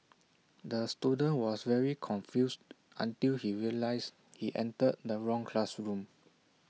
the student was very confused until he realised he entered the wrong classroom